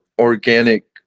organic